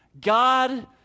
God